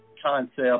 concept